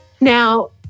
Now